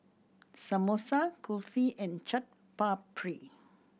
Samosa Kulfi and Chaat Papri